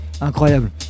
Incroyable